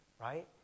right